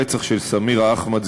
הרצח של סמירה אחמד,